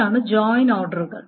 അതാണ് ജോയിൻ ഓർഡറുകൾ